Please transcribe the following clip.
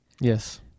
yes